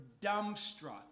dumbstruck